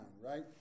right